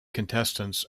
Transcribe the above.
contestants